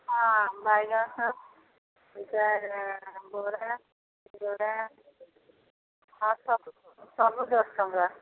ହଁ ବାଇଗଣ ଏଇଟା ବରା ସିଙ୍ଗଡ଼ା ହଁ ସବୁ ସବୁ ଦଶ ଟଙ୍କା